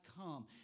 come